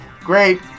great